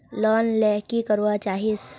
Loan ले की करवा चाहीस?